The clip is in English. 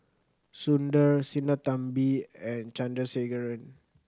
Sundar Sinnathamby and Chandrasekaran